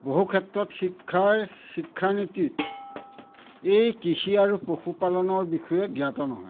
বহু ক্ষেত্ৰত শিক্ষাৰ শিক্ষানীতিত এই কৃষি আৰু পশুপালনৰ বিষয়ে জ্ঞাত নহয়